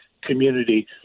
community